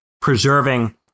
preserving